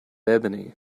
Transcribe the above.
ebony